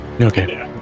Okay